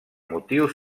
motius